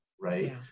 right